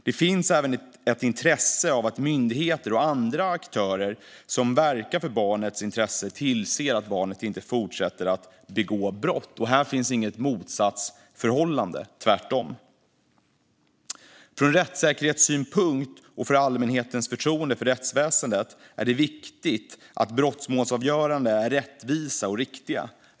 Det finns även ett intresse av att myndigheter och andra aktörer som verkar för barnets intressen tillser att barnet inte fortsätter att begå brott. Här finns inget motsatsförhållande - tvärtom. Ur rättssäkerhetssynpunkt och för allmänhetens förtroende för rättsväsendet är det viktigt att brottmålsavgöranden är rättvisa och riktiga.